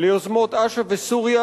ליוזמות אש"ף וסוריה,